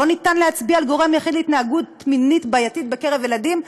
אין אפשרות להצביע על גורם יחיד להתנהגות מינית בעייתית בקרב ילדים,